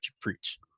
preach